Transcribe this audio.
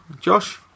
Josh